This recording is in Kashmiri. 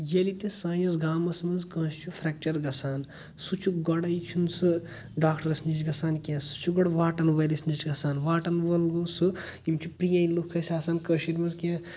ییٚلہِ تہِ سٲنِس گامَس منٛز کٲنٛسہِ چھُ فِریٚکچَر چھُ گَژھان سُہ چھُ گۄڈٕے چھُ نہ سُہ ڈاکٹرَس نِش گَژھان کیٚنٛہہ سُہ چھُ گۄڈ واٹَن وٲلِس نِش گژھان واٹَن وول گوو سُہ یِم چھِ پرٛٲنۍ لُکھ اسہِ آسان کٔشیٖرۍ منٛز کیٚنٛہہ